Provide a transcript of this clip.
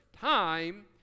Time